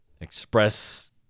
express